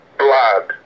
blood